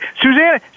Suzanne